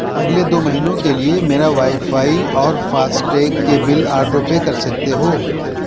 اگلے دو مہینوں کے لیے میرا وائی فائی اور فاسٹیگ کے بل آٹو پے کر سکتے ہو